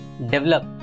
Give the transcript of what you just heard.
develop